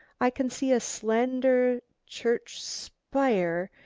i can see a slender church spire,